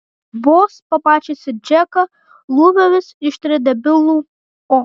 vos pamačiusi džeką lūpomis ištarė nebylų o